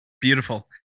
Beautiful